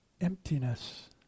emptiness